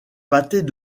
pâtés